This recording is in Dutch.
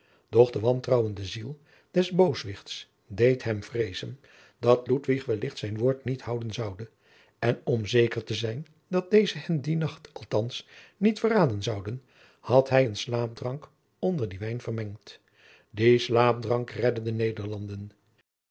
de wantrouwende ziel des booswichts deed hem vreezen dat ludwig wellicht zijn woord niet houden zoude en om zeker te zijn dat deze hem die nacht althands niet verraden zouden had hij een slaapdrank onder dien wijn vermengd die slaapdrank redde de nederlanden